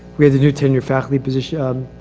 we had the new tenured faculty position